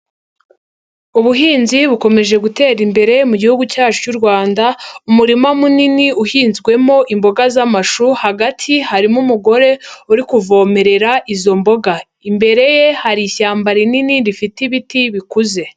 Ubuhinzi bukomeje gutera imbere mu gihugu cyacu cy'u Rwanda, umurima munini uhinzwemo imboga z'amashu hagati harimo umugore uri kuvomerera izo mboga, imbere ye hari ishyamba rinini rifite ibiti bikuze.